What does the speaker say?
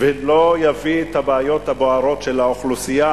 ולא יביא את הבעיות הבוערות של האוכלוסייה?